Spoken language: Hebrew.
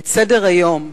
את סדר-היום.